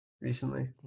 recently